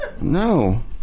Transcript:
No